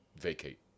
vacate